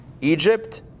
Egypt